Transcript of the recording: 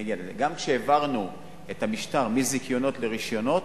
את המשטר מזיכיונות לרשיונות,